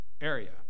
area